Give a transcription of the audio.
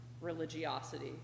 religiosity